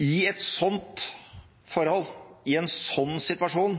I et sånt forhold og i en sånn situasjon,